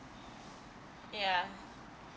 yeah